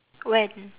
when